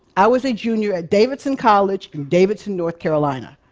i was a junior at davidson college in davidson, north carolina.